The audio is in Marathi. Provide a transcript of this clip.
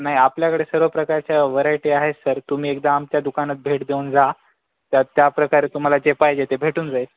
नाही आपल्याकडे सर्व प्रकारच्या व्हरायटी आहेत सर तुम्ही एकदा आमच्या दुकानात भेट देऊन जा तर त्याप्रकारे तुम्हाला जे पाहिजे ते भेटून जाईल